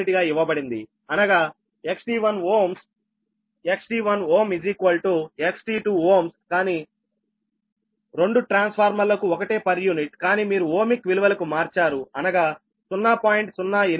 గా ఇవ్వబడింది అనగా XT1 Ω XT1 Ω XT2 Ωకానీ 2 ట్రాన్స్ఫార్మర్ లకు ఒకటే పర్ యూనిట్ కానీ మీరు ఓమిక్ విలువలకు మార్చారు అనగా 0